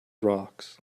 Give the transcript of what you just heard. rocks